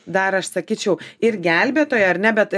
dar aš sakyčiau ir gelbėtoja ar ne bet